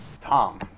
Tom